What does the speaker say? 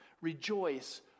rejoice